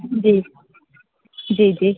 जी जी जी